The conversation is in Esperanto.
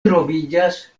troviĝas